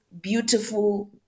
beautiful